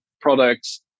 products